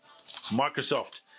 Microsoft